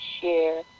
share